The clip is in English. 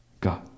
God